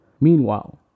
Meanwhile